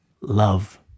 love